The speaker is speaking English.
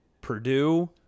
Purdue